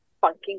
funky